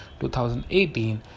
2018